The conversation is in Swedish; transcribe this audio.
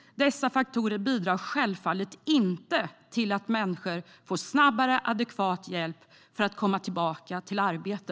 Dessa faktorer bidrar självfallet inte till att människor får snabbare adekvat hjälp att komma tillbaka till arbete.